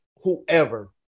whoever